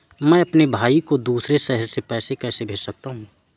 मैं अपने भाई को दूसरे शहर से पैसे कैसे भेज सकता हूँ?